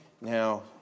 Now